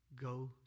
go